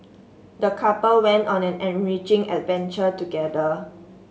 the couple went on an enriching adventure together